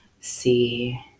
see